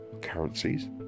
currencies